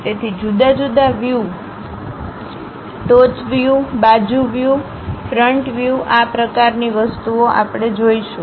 તેથી જુદા જુદા વ્યૂ ટોચ વ્યૂ બાજુ વ્યૂ ફ્રન્ટ વ્યૂ આ પ્રકારની વસ્તુઓ આપણે જોશું